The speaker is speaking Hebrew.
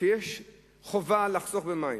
שיש חובה לחסוך במים,